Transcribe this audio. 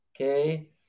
Okay